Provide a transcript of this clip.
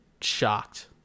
shocked